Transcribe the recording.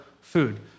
food